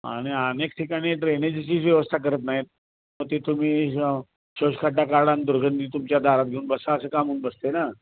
आणि अनेक ठिकाणी ड्रेनेजचीच व्यवस्था करत नाहीत मग ते तुम्ही शोषखड्डा काढा आणि दुर्गंधी तुमच्या दारात घेऊन बसा असं काम होऊन बसत आहे ना